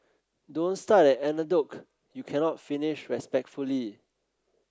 don't start an anecdote you cannot finish respectfully